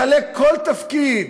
לחלק כל תפקיד,